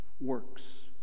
works